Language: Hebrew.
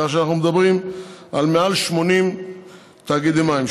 כך שאנחנו מדברים על מעל 80 תאגידי מים,